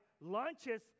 launches